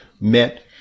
met